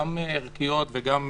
גם ערכיות וגם